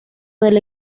del